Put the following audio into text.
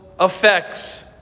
effects